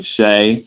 say